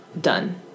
Done